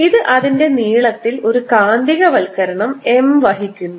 ഇത് അതിന്റെ നീളത്തിൽ ഒരു കാന്തികവൽക്കരണം M വഹിക്കുന്നു